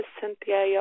Cynthia